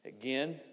Again